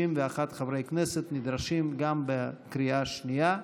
61 חברי כנסת נדרשים גם בקריאה השנייה,